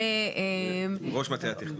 ההתייחסות כאן,